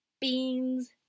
beans